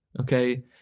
okay